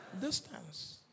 Distance